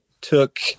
took